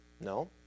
No